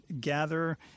gather